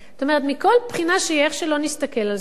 זאת אומרת, מכל בחינה שהיא, איך שלא נסתכל על זה,